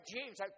Jesus